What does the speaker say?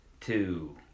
Two